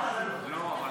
אתה יכול ללכת.